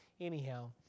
anyhow